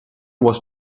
was